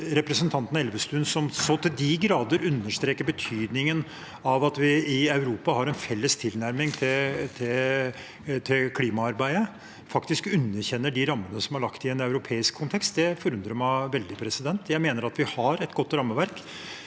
representanten Elvestuen, som så til de grader understreker betydningen av at vi i Europa har en felles tilnærming til klimaarbeidet, faktisk underkjenner de rammene som er lagt i en europeisk kontekst. Det forundrer meg veldig. Jeg mener vi har et godt rammeverk.